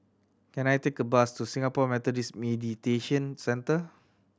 can I take a bus to Singapore Meditation Centre